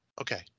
okay